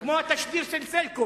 זה כמו התשדיר של "סלקום":